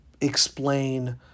explain